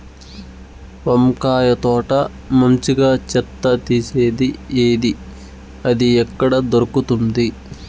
వంకాయ తోట మంచిగా చెత్త తీసేది ఏది? అది ఎక్కడ దొరుకుతుంది?